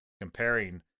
comparing